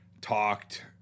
talked